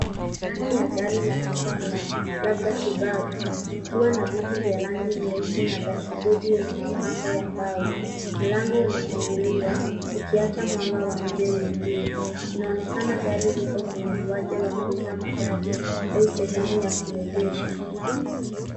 Ndani ya gari la kisasa labda subaru likiwa na viti vya rangi nyeusi na dashibodi yenye mapambo ya mbao. Mlango umefunguliwa ukiacha mwanga wa nje uingie. Inaonekana gari liko kwenye uwanja wa kuuza magari au sehemu ya kuegesha.